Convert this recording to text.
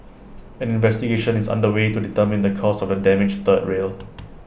an investigation is under way to determine the cause of the damaged third rail